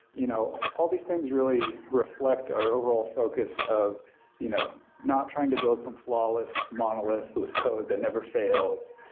you know all these things really reflect our overall focus of you know not trying to build some flawless monolith with code that never fails.